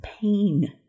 pain